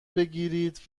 بگیرید